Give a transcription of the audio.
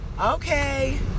Okay